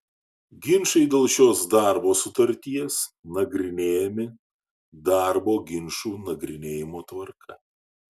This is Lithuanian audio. ginčai dėl šios darbo sutarties nagrinėjami darbo ginčų nagrinėjimo tvarka